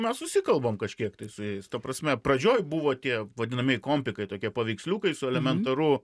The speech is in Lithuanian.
mes susikalbam kažkiek tai su jais ta prasme pradžioj buvo tie vadinami kompikai tokie paveiksliukai su elementaru